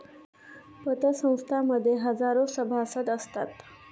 पतसंस्थां मध्ये हजारो सभासद असतात